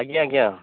ଆଜ୍ଞା ଆଜ୍ଞା